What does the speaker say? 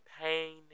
pain